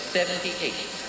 Seventy-eight